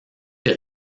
des